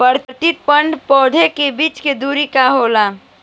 प्रति पंक्ति पौधे के बीच के दुरी का होला?